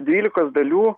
dvylikos dalių